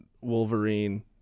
Wolverine